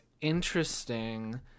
interesting